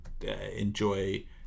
enjoy